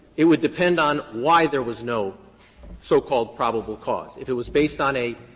it would depend on why there was no so-called probable cause. if it was based on a